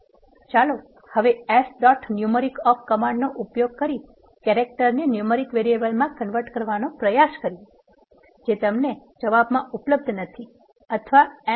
ચલો હવે as dot numeric of કમાન્ડનો ઉપયોગ કરી કેરેક્ટર ને ન્યુમેરીક વેરીએબલમાં કન્વર્ટ કરવાનો પ્રયાસ કરીએ જે તમને જવાબમાં ઉપલબ્ધ નથી અથવા એન